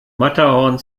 matterhorn